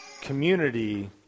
Community